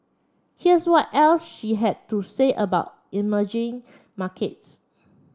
here's what else she had to say about emerging markets